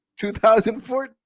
2014